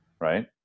Right